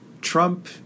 Trump